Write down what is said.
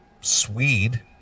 Swede